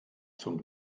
zum